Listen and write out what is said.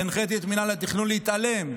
והנחיתי את מינהל התכנון להתעלם.